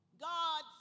God